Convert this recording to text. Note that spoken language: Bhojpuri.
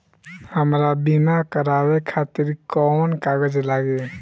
हमरा बीमा करावे खातिर कोवन कागज लागी?